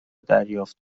دریافت